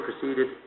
proceeded